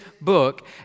book